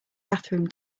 bathroom